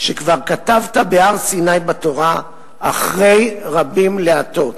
שכבר כתבת בהר-סיני בתורה 'אחרי רבים להטות'".